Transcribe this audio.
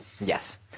Yes